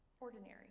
Ordinary